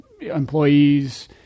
employees